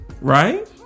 right